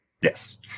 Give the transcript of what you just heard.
Yes